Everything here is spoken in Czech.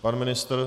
Pan ministr?